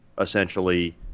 essentially